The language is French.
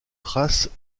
traces